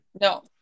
No